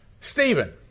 Stephen